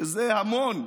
שזה המון,